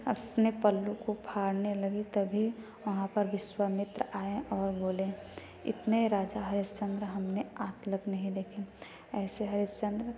अपने पल्लू को फाड़ने लगी तभी वहाँ पर विश्वामित्र आए और बोले इतने राजा हरिश्चंद्र हमने आज तक नहीं देखें ऐसे हरिशचंद्र